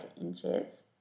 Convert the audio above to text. inches